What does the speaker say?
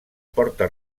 porta